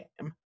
game